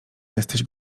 jesteś